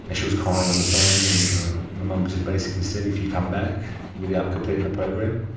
and she was crying on the phone. and my mum but just basically said, if you come back without completing the program,